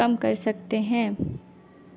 کم کر سکتے ہیں